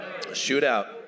Shootout